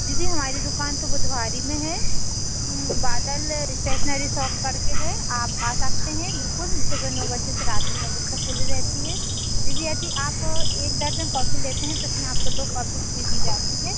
दीदी हमारी दुकान तो बुधवारी में है बादल इस्टेसनरी सॉप करके है आप आ सकते हैं बिल्कुल सुबह नौ बजे से रात के नौ बजे तक खुली रहती है दीदी यदि आप एक दर्जन कॉपी लेते हैं तो इसमें आपको दो कॉपी फ्री दी जाती है